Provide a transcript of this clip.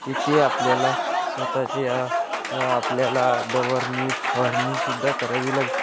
की ते आपल्याला स्वतःची आपल्याला डवरणी फवारणी सुद्धा करावी लागेल